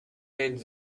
rijden